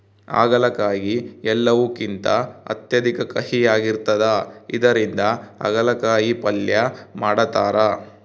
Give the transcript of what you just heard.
ಆಗಲಕಾಯಿ ಎಲ್ಲವುಕಿಂತ ಅತ್ಯಧಿಕ ಕಹಿಯಾಗಿರ್ತದ ಇದರಿಂದ ಅಗಲಕಾಯಿ ಪಲ್ಯ ಮಾಡತಾರ